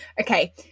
Okay